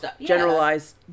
Generalized